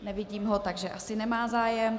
Nevidím ho, takže asi nemá zájem.